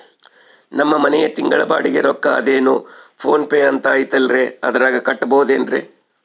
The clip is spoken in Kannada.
ನಮ್ಮ ಮನೆಯ ತಿಂಗಳ ಬಾಡಿಗೆ ರೊಕ್ಕ ಅದೇನೋ ಪೋನ್ ಪೇ ಅಂತಾ ಐತಲ್ರೇ ಅದರಾಗ ಕಟ್ಟಬಹುದೇನ್ರಿ?